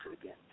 again